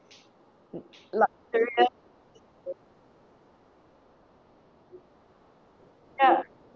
luxurious ya